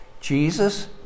Jesus